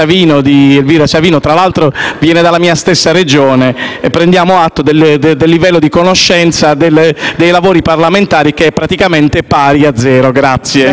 stessa Regione. Prendiamo atto del suo livello di conoscenza dei lavori parlamentari che è praticamente pari a zero. **Per